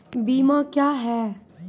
बीमा क्या हैं?